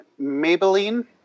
Maybelline